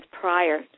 prior